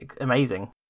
amazing